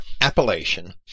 appellation